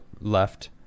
left